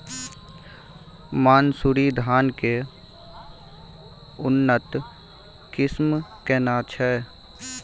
मानसुरी धान के उन्नत किस्म केना छै?